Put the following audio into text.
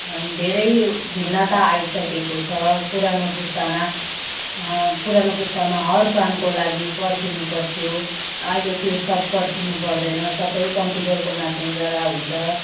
धेरै भिन्नता आइसकेको छ पुरानो पुस्तामा पुरानो पुस्तामा हर कामको लागि पर्खिनुपर्थ्यो अहिले त्यो सब पर्खिनु पर्दैन सबै कम्प्युटरको माध्यमद्वारा हुन्छ